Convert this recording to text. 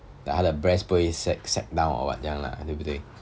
他的 breast 不会 sag sag down or what 这样 lah 对不对